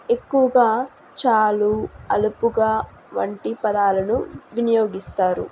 ఎక్కువగా చాలు అలుపుగా వంటి పదాలను వినియోగిస్తారు